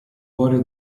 cuore